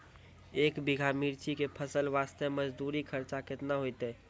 एक बीघा मिर्ची के फसल वास्ते मजदूरी खर्चा केतना होइते?